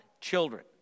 children